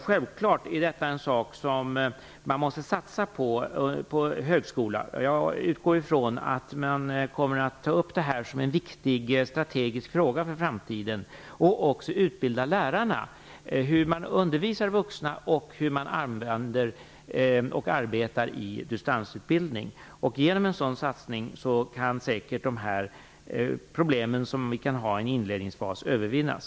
Detta är självklart en sak som man måste satsa på inom högskolan. Jag utgår ifrån att man kommer att ta upp det här som en viktig strategisk fråga inför framtiden. Lärarna måste också utbildas i hur man undervisar vuxna och hur man använder och arbetar med distansundervisning. Genom en sådan satsning kan de problem som kan finnas under en inledningsfas säkert övervinnas.